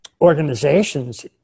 organizations